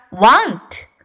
want